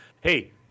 Hey